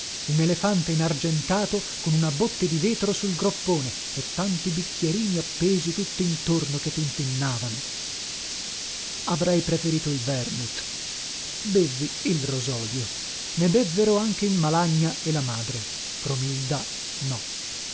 un elefante inargentato con una botte di vetro sul groppone e tanti bicchierini appesi tuttintorno che tintinnivano avrei preferito il vermouth bevvi il rosolio ne bevvero anche il malagna e la madre romilda no